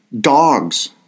dogs